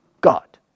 God